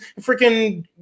freaking